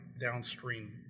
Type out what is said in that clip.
downstream